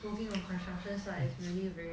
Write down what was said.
moving on construction site is really